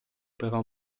però